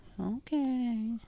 Okay